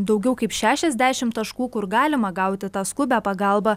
daugiau kaip šešiasdešim taškų kur galima gauti tą skubią pagalbą